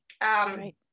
Right